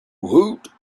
woot